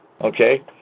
Okay